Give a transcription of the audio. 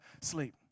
sleep